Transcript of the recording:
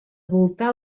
voltar